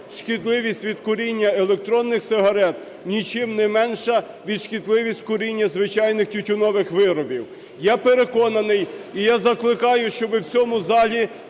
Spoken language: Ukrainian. шкідливість від куріння електронних сигарет нічим не менша від шкідливості куріння звичайних тютюнових виробів. Я переконаний, і я закликаю, щоб в цьому залі